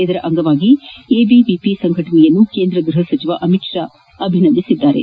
ಇದರ ಅಂಗವಾಗಿ ಎಬಿಎಪಿ ಸಂಘಟನೆಯನ್ನು ಕೇಂದ್ರ ಗ್ಬಹ ಸಚಿವ ಅಮಿತ್ ಶಾ ಅಭಿನಂದಿಸಿದ್ದಾರೆ